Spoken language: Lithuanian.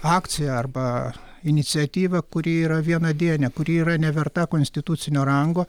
akcija arba iniciatyva kuri yra vienadienė kuri yra neverta konstitucinio rango